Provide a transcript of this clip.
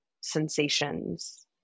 sensations